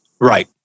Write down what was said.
Right